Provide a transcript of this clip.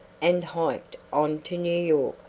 and hiked on to new york.